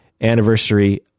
anniversary